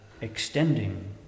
extending